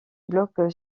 bloc